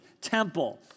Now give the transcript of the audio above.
temple